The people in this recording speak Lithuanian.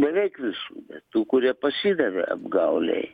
beveik visų tų kurie pasidavė apgaulei